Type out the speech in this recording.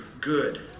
good